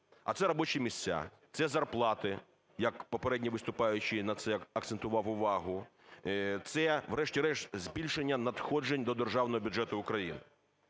А це робочі місця, це зарплати, як попередній виступаючий на це акцентував увагу, це, врешті-решт, збільшення надходжень до державного бюджету України.